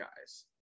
guys